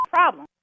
problem